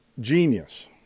Genius